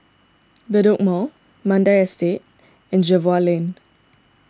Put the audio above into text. Bedok Mall Mandai Estate and Jervois Lane